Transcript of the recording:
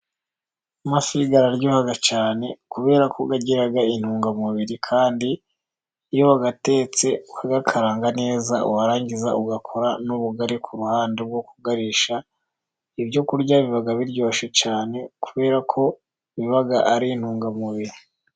Amafi araryoha cyane kubera ko agira intungamubiri kandi iyo wayatetse ugakaranga neza, warangiza ugakora n'ubugari ku ruhande bwo kukarisha, ibyo kurya biba biryoshye cyane kubera ko biba ari intungamubiri.